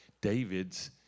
david's